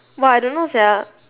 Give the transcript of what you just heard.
!wah! I don't know sia